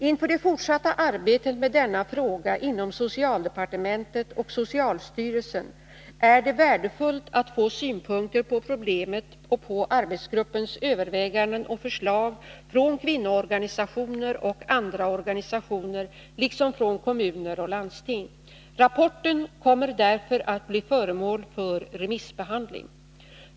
Inför det fortsatta arbetet med denna fråga inom socialdepartementet och socialstyrelsen är det värdefullt att få synpunkter på problemet och på arbetsgruppens överväganden och förslag från kvinnoorganisationer och andra organisationer, liksom från kommuner och landsting. Rapporten kommer därför att bli föremål för remissbehandling.